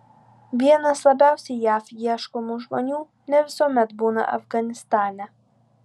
vienas labiausiai jav ieškomų žmonių ne visuomet būna afganistane